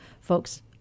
folks